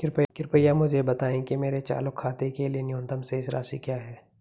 कृपया मुझे बताएं कि मेरे चालू खाते के लिए न्यूनतम शेष राशि क्या है